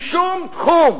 בשום תחום.